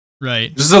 Right